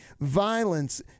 violence